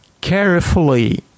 carefully